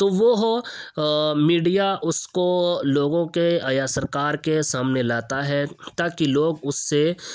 تو وہ ہو میڈیا اس کو لوگوں کے یا سرکار کے سامنے لاتا ہے تاکہ لوگ اس سے